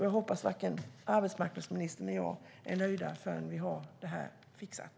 Jag hoppas att varken arbetsmarknadsministern eller jag är nöjda förrän vi har det här fixat.